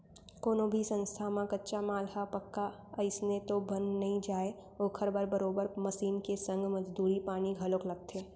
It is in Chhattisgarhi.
कोनो भी संस्था म कच्चा माल ह पक्का अइसने तो बन नइ जाय ओखर बर बरोबर मसीन के संग मजदूरी पानी घलोक लगथे